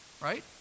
Right